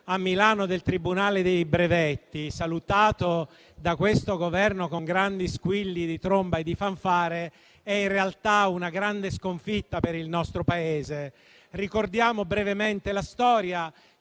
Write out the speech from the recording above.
a Milano del Tribunale dei brevetti, salutato da questo Governo con grandi squilli di tromba e di fanfare, è in realtà una grande sconfitta per il nostro Paese. Ricordiamo brevemente la storia: